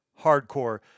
hardcore